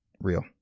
Real